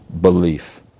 belief